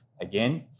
Again